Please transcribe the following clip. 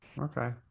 okay